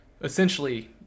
essentially